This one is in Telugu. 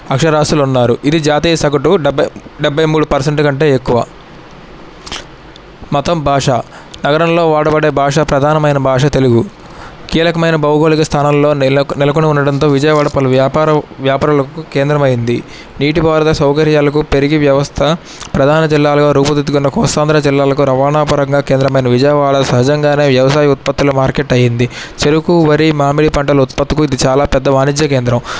అక్షరాస్యులు ఉన్నారు ఇది జాతీయ సగటు డెబ్బై డెబ్బై మూడు పర్సెంట్ కంటే ఎక్కువ మతం భాష నగరంలో వాడబడే భాష ప్రధానమైన భాష తెలుగు కీలకమైన భౌగోళిక స్థానాల్లో నెల నెలకొని ఉండడంతో విజయవాడ పలు వ్యాపార వ్యాపారాలకు కేంద్రం అయ్యింది నీటి వరద సౌకర్యాలకు పెరిగి వ్యవస్థ ప్రధాన జిల్లాలుగా రూపుదిద్దుకున్న కోస్తా ఆంధ్ర జిల్లాకు రవాణా పరంగా కేద్రమైన విజయవాడ సహజంగానే వ్యవసాయ ఉత్పత్తుల మార్కెట్ అయ్యింది చెరుకు వరి మామిడి పంటలు ఉత్పత్తుకు ఇది చాలా పెద్ద వాణిజ్య కేంద్రం